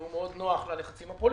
הוא מאוד נוח ללחצים הפוליטיים,